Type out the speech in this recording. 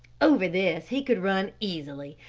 over this he could run easily,